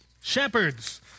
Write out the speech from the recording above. Shepherds